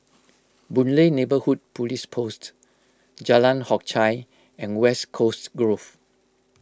Boon Lay Neighbourhood Police Post Jalan Hock Chye and West Coast Grove